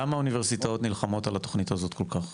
למה האוניברסיטאות נלחמות על התוכנית הזאת כל כך?